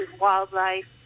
wildlife